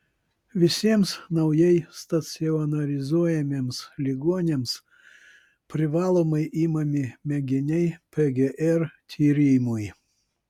visiems naujai stacionarizuojamiems ligoniams privalomai imami mėginiai pgr tyrimui